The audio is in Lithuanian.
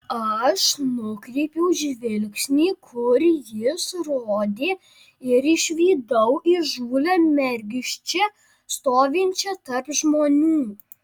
aš nukreipiau žvilgsnį kur jis rodė ir išvydau įžūlią mergiščią stovinčią tarp žmonių